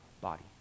body